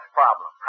problem